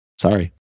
Sorry